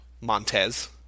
Montez